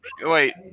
wait